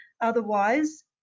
Otherwise